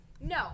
No